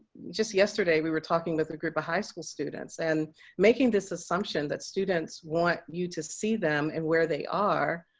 just yesterday we were talking with a group of high school students. and making this assumption that students want you to see them and where they are